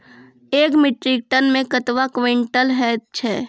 एक metric tonne मे कतवा क्वींटल हैत छै?